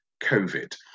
COVID